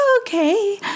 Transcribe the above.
okay